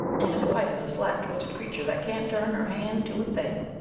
and his wife is a slack-twisted creature that can't turn her hand to a thing.